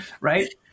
right